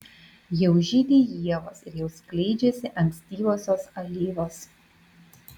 jau žydi ievos ir jau skleidžiasi ankstyvosios alyvos